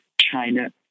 China